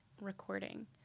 recording